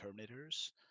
terminators